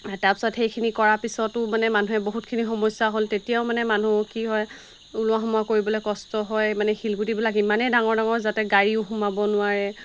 তাৰপিছত সেইখিনি কৰা পিছতো মানে মানুহে বহুতখিনি সমস্যা হ'ল তেতিয়াও মানে মানুহ কি হয় ওলোৱা সোমোৱা কৰিবলৈ কষ্ট হয় মানে শিলগুটিবিলাক ইমানেই ডাঙৰ ডাঙৰ যাতে গাড়ীও সোমাব নোৱাৰে